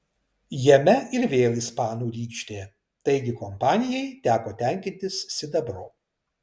jame ir vėl ispanų rykštė taigi kompanijai teko tenkintis sidabru